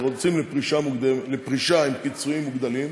יוצאים לפרישה עם פיצויים מוגדלים,